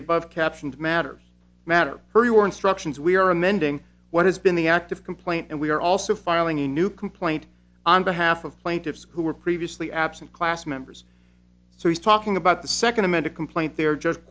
the above captioned matter matter for your instructions we are amending what has been the act of complaint and we are also filing a new complaint on behalf of plaintiffs who were previously absent class members so he's talking about the second amended complaint there just